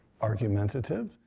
argumentative